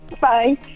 Bye